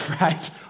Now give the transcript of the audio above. Right